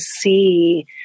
see